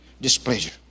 displeasure